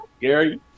Gary